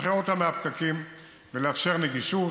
לשחרר אותה מהפקקים ולאפשר נגישות,